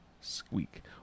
squeak